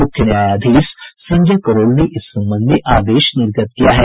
मुख्य न्यायाधीश संजय करोल ने इस संबंध में आदेश निर्गत किया है